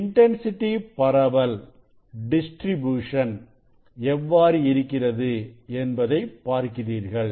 intensity பரவல் எவ்வாறு இருக்கிறது என்பதை பார்க்கிறீர்கள்